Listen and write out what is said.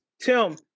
Tim